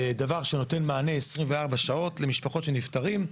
דבר שנותן מענה 24 שעות למשפחות של נפטרים.